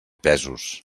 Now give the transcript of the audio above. pesos